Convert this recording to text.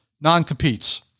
Non-competes